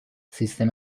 سیستم